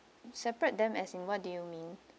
separate them as in what do you mean